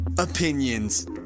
Opinions